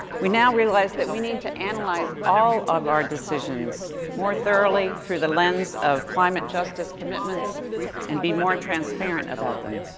we now realize that we need to analyze all of our decisions more thoroughly through the lens of climate justice commitments and be more transparent about them.